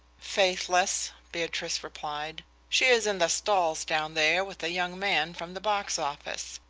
faithless, beatrice replied. she is in the stalls down there with a young man from the box office.